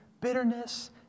bitterness